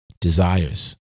desires